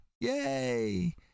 Yay